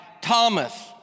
Thomas